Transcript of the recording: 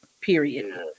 Period